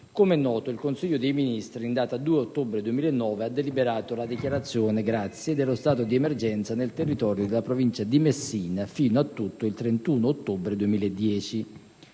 come noto, il Consiglio dei ministri, in data 2 ottobre 2009, ha deliberato la dichiarazione dello stato di emergenza nel territorio della Provincia di Messina fino a tutto il 31 ottobre 2010.